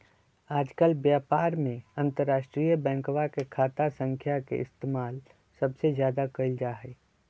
आजकल व्यापार में अंतर्राष्ट्रीय बैंकवा के खाता संख्या के इस्तेमाल सबसे ज्यादा कइल जाहई